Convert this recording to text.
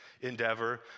endeavor